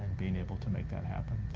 being able to make that happen.